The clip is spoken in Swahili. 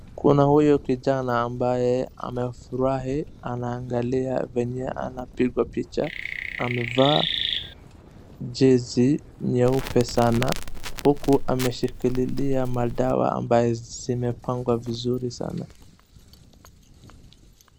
Kuna huyu kijana ambaye anafurahi, anaangalia venye anapigwa picha, amevaa jezi nyeupe sana huku ameshikililia madawa ambaye zimepangwa vizuri sana.